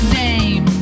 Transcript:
name